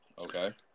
Okay